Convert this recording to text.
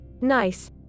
NICE